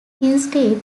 instead